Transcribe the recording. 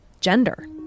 Gender